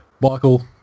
michael